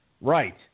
right